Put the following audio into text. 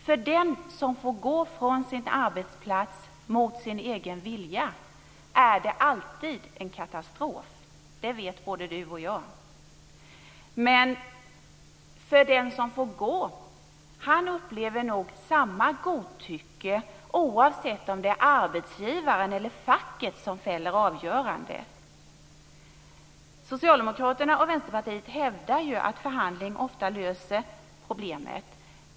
För den som får gå från sin arbetsplats mot sin egen vilja är det alltid en katastrof, det vet både Anders Karlsson och jag. Den som får gå upplever nog samma godtycke oavsett om det är arbetsgivaren eller facket som fäller avgörandet. Socialdemokraterna och Vänsterpartiet hävdar att förhandling ofta löser problemet.